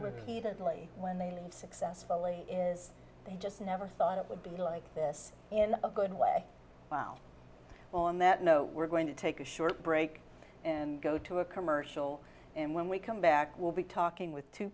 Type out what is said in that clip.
repeatedly when they successfully is they just never thought it would be like this in a good way while on that note we're going to take a short break and go to a commercial and when we come back we'll be talking with two